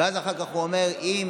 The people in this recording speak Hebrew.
אחר כך הוא אמר: אם